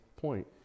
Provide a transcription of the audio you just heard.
point